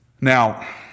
Now